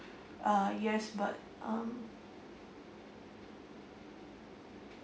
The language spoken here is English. uh yes but um